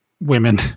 women